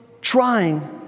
trying